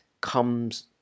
comes